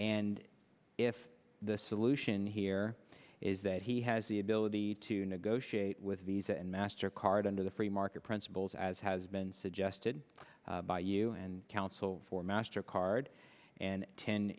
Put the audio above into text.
and if the solution here is that he has the ability to negotiate with visa and master card into the free market principles as has been suggested by you and counsel for master card and ten